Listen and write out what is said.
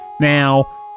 Now